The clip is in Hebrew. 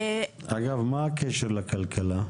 אגב, מה הקשר לכלכלה?